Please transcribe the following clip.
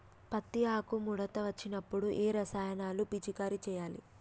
పత్తి ఆకు ముడత వచ్చినప్పుడు ఏ రసాయనాలు పిచికారీ చేయాలి?